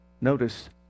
notice